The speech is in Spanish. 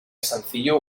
sencillo